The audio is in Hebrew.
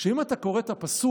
אם אתה קורא את הפסוק,